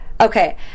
okay